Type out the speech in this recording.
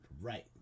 Right